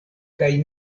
kaj